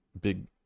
big